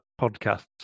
podcasts